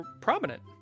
prominent